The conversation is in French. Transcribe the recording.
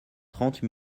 trente